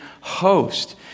host